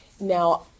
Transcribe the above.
Now